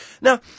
Now